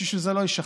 כדי שזה לא יישחק.